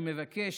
אני מבקש,